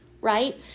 Right